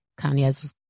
Kanye's